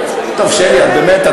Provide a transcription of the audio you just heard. באמת.